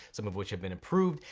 some of which have been approved,